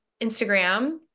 Instagram